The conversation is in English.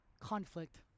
conflict